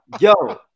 yo